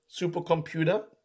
supercomputer